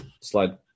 slide